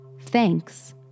Thanks